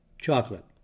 chocolate